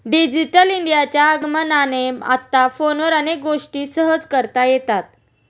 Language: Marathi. डिजिटल इंडियाच्या आगमनाने आता फोनवर अनेक गोष्टी सहज करता येतात